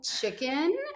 chicken